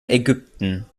ägypten